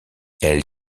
elle